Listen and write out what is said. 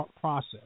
process